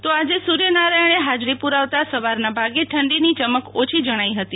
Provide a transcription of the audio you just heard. તો આજે સૂર્યનારાયણે હાજરી પુરાવતા સવારના ભાગે ઠંડીની ચમક ઓછી જણાઈ હતી